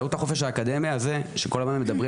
באמצעות החופש האקדמי הזה שכל הזמן מדברים